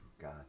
God